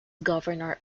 governor